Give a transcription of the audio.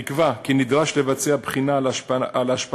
נקבע כי נדרש לבצע בחינה על ההשפעה